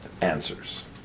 answers